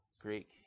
Greek